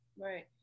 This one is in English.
Right